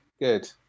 Good